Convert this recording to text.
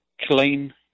clean